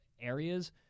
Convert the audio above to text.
areas